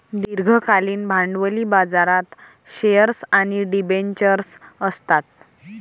दीर्घकालीन भांडवली बाजारात शेअर्स आणि डिबेंचर्स असतात